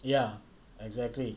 ya exactly